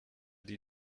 die